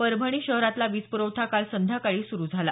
परभणी शहरातला वीजप्रवठा काल संध्याकाळी सुरु झाला